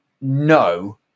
No